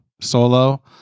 solo